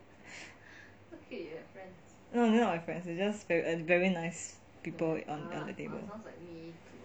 not my friends it's just very very nice people on other table